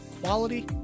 quality